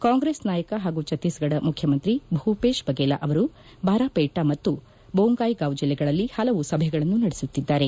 ಕಾಂಗ್ರೆಸ್ ನಾಯಕ ಪಾಗೂ ಭಕ್ತೀಸ್ಗಢ ಮುಖ್ಯಮಂತ್ರಿ ಭೂವೇಶ್ ಬಗೇಲಾ ಅವರು ಬಾರ್ಪೇಟಾ ಮತ್ತು ಜೊಂಗಾಯಿಗಾಂವ್ ಜಿಲ್ಲೆಗಳಲ್ಲಿ ಪಲವು ಸಭೆಗಳನ್ನು ನಡೆಸುತ್ತಿದ್ದಾರೆ